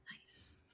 Nice